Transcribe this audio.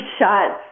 shots